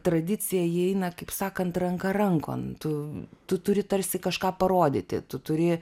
tradicija jie eina kaip sakant ranka rankon tu tu turi tarsi kažką parodyti tu turi